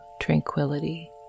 tranquility